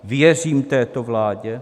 Věřím této vládě?